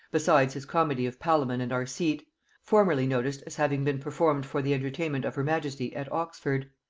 besides his comedy of palamon and arcite, formerly noticed as having been performed for the entertainment of her majesty at oxford.